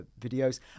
videos